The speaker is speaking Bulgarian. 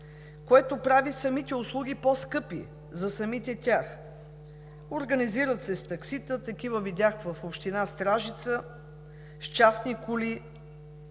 което прави самите услуги по-скъпи за самите тях – организират се с таксита, такива видях в община Стражица, с частни коли